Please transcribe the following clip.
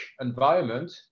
environment